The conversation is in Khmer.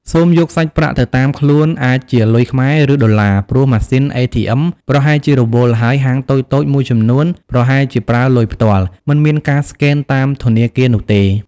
សូមយកសាច់ប្រាក់ទៅតាមខ្លួនអាចជាលុយខ្មែរ ឬ ដុល្លារ ព្រោះ ម៉ាស៊ីន ATM ប្រហែលជារវល់ ហើយហាងតូចៗមួយចំនួនប្រហែលជាប្រើលុយផ្ទាល់ មិនមានការស្កេនតាមធនាគារនោះទេ។